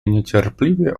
niecierpliwie